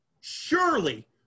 Surely